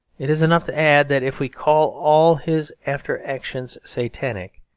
it is enough to add that if we call all his after actions satanic,